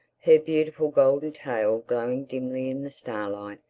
her beautiful golden tail glowing dimly in the starlight,